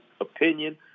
opinion